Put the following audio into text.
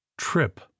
trip